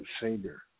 Savior